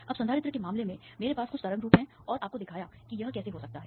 अब संधारित्र के मामले में मेरे पास कुछ तरंग रूप हैं और आपको दिखाया कि यह कैसे हो सकता है